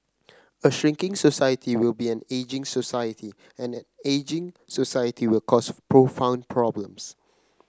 a shrinking society will be an ageing society and an ageing society will cause profound problems